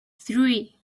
three